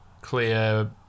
clear